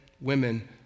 women